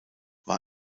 war